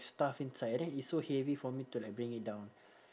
stuff inside and then it's so heavy for me to like bring it down